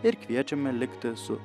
ir kviečiame likti su